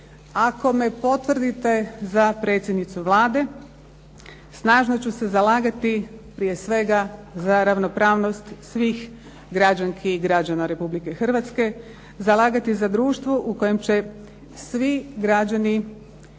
Ako me potvrdite za predsjednicu Vlade, snažno ću se zalagati prije svega za ravnopravnost svih građanki i građana Republike Hrvatske, zalagati za društvo u kojem će svi građani